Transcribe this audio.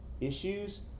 Issues